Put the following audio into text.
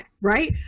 right